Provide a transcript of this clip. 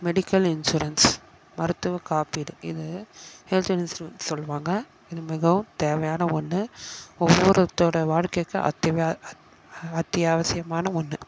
medical insurance மருத்துவக் காப்பீடு இதை ஹெல்த் இன்சூரன்ஸ் சொல்லுவாங்கள் இது மிகவும் தேவையான ஒன்று ஒவ்வொருத்தோடய வாழ்க்கைக்கு அத்திவ அத் அத்தியாவசியமான ஒன்று